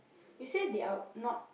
you say they are not